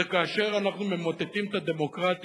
הבעיה הכי גדולה: כאשר אנחנו ממוטטים את הדמוקרטיה,